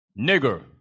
Nigger